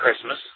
Christmas